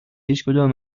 هیچکدام